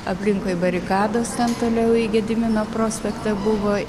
aplinkui barikados ten toliau į gedimino prospektą buvo